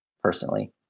personally